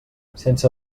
sense